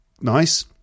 Nice